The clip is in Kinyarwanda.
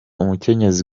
umukenyezi